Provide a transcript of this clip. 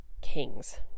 Kings